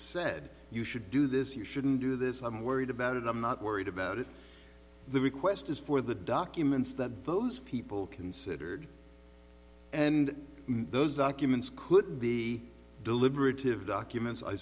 said you should do this you shouldn't do this i'm worried about it i'm not worried about it the request is for the documents that those people considered and those documents could be deliberative documents i